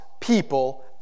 people